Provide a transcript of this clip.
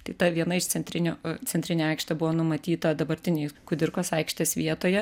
tai ta viena iš centrinių centrinė aikštė buvo numatyta dabartinėj kudirkos aikštės vietoje